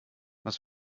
was